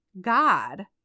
God